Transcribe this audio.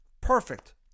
Perfect